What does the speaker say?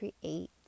create